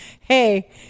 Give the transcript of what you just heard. Hey